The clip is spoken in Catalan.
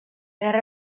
guerra